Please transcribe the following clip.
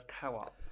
co-op